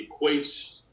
equates